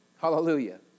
Hallelujah